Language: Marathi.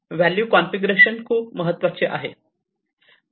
व्हॅल्यू कॉन्फिगरेशन खूप महत्वाचे आहे